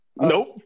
Nope